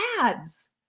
ads